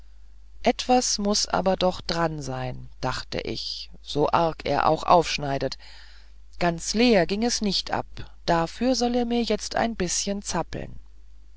etwas muß aber doch daran sein dachte ich so arg er auch aufschneidet ganz leer ging es nicht ab dafür soll er mir jetzt ein bißchen zappeln